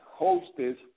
hosted